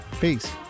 peace